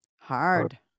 Hard